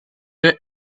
der